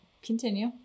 continue